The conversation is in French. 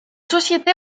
société